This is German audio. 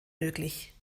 möglich